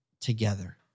together